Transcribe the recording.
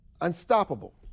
unstoppable